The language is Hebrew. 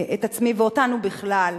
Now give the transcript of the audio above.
את עצמי ואותנו בכלל: